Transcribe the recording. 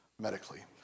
medically